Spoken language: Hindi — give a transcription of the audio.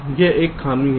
तो यह एक खामी है